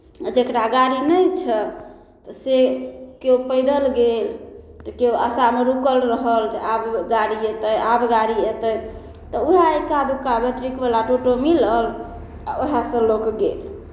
आ जकरा गाड़ी नहि छै तऽ से केओ पैदल गेल तऽ केओ आशामे रुकल रहल जे आब गाड़ी अयतै आब गाड़ी अयतै तऽ उएह इक्का दुक्का बैट्रीकवला टोटो मिलल आ उएहसँ लोक गेल